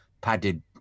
padded